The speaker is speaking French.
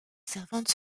servante